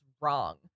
wrong